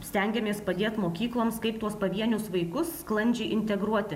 stengiamės padėt mokykloms kaip tuos pavienius vaikus sklandžiai integruoti